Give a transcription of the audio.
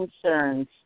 concerns